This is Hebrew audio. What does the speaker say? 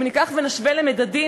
אם ניקח ונשווה למדדים,